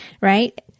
right